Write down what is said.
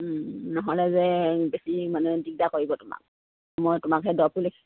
নহ'লে যে বেছি মানে দিগদাৰ কৰিব তোমাক মই তোমাক সেই দৰৱটো লিখি